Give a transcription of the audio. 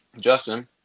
Justin